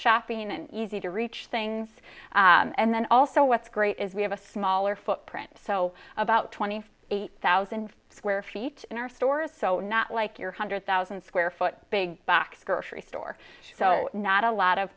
shopping in an easy to reach things and then also what's great is we have a smaller footprint so about twenty eight thousand square feet in our stores so not like your hundred thousand square foot big box grocery store so not a lot of